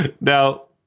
Now